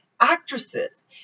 actresses